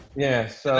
yes.